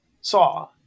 saw